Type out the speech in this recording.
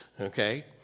Okay